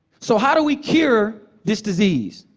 so how do we cure this disease?